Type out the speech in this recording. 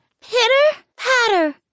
Pitter-patter